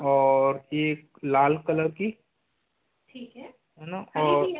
और एक लाल कलर की है ना और